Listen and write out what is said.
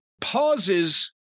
pauses